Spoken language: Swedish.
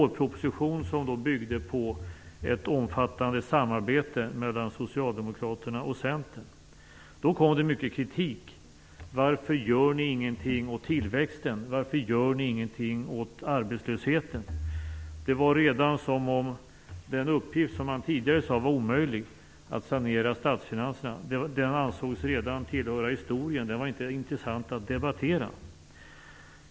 Den byggde på ett omfattande samarbete mellan Socialdemokraterna och Centern. Det kom mycket kritik. Man sade: Varför gör ni ingenting åt tillväxten? Varför gör ni ingenting åt arbetslösheten? Det var som om den uppgift som man tidigare hade sagt var omöjlig att lösa - saneringen av statsfinanserna - redan ansågs tillhöra historien. Den var inte intressant att debattera.